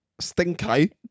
stinky